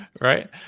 Right